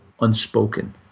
unspoken